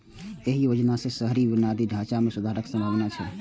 एहि योजना सं शहरी बुनियादी ढांचा मे सुधारक संभावना छै